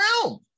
realm